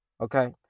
okay